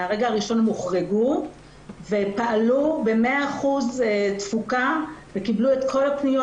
מהרגע הראשון הם הוחרגו ופעלו ב- 100% תפוקה וקיבלו את כל הפניות,